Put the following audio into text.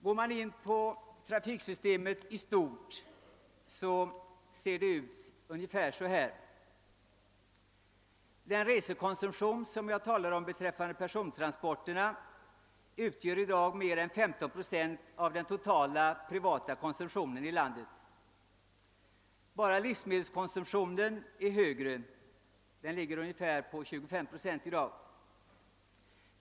Går man in på trafiksystemet i stort ser det ut ungefär så här. Den resekonsumtion som jag talade om beträffande persontransporterna utgör i dag mer än 15 procent av den totala privata konsumtionen i landet. Endast livsmedelskonsumtionen är högre och ligger på ungefär 25 procent i dag.